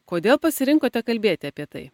kodėl pasirinkote kalbėti apie tai